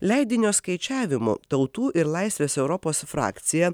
leidinio skaičiavimu tautų ir laisvės europos frakcija